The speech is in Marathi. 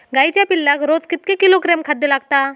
गाईच्या पिल्लाक रोज कितके किलोग्रॅम खाद्य लागता?